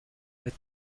but